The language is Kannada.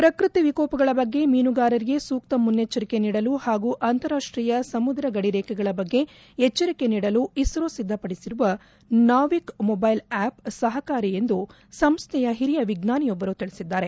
ಪ್ರಕೃತಿ ವಿಕೋಪಗಳ ಬಗ್ಗೆ ಮೀನುಗಾರರಿಗೆ ಸೂಕ್ತ ಮುನ್ನೆಚ್ಚರಿಕೆ ನೀಡಲು ಹಾಗೂ ಅಂತಾರಾಷ್ಟೀಯ ಸಮುದ್ರ ಗಡಿರೇಖೆಗಳ ಬಗ್ಗೆ ಎಚ್ಚರಿಕೆ ನೀಡಲು ಇಸ್ತೋ ಸಿದ್ದಪಡಿಸಿರುವ ನಾವಿಕ್ ಮೊಬೈಲ್ ಆಪ್ ಸಹಕಾರಿ ಎಂದು ಸಂಸ್ಟೆಯ ಹಿರಿಯ ವಿಜ್ಞಾನಿಯೊಬ್ಬರು ತಿಳಿಸಿದ್ದಾರೆ